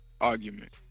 argument